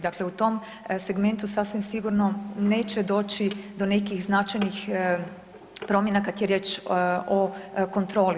Dakle u tom segmentu sasvim sigurno neće doći do nekih značajnih promjena kad je riječ o kontroli.